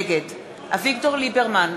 נגד אביגדור ליברמן,